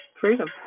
Freedom